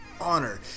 honor